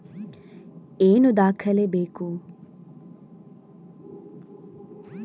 ಏನು ದಾಖಲೆ ಬೇಕು?